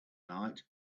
night